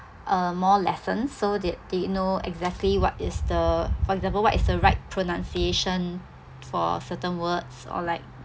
uh more lessons so that they know exactly what is the for example what is the right pronunciation for certain words or like